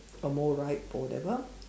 a more ripe or whatever